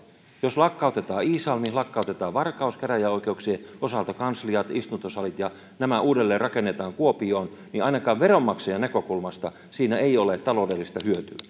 jos lakkautetaan iisalmi lakkautetaan varkaus käräjäoikeuksien osalta kansliat istuntosalit ja nämä uudelleen rakennetaan kuopioon niin ainakaan veronmaksajan näkökulmasta siitä ei ole taloudellista hyötyä